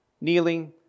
kneeling